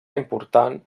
important